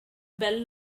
bell